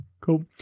Cool